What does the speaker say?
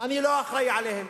אני לא אחראי להן.